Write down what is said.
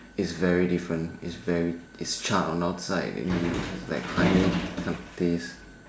it's very different it's very it's charred on one side there's this like honey kind of taste